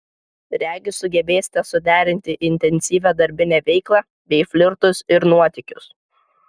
regis sugebėsite suderinti intensyvią darbinę veiklą bei flirtus ir nuotykius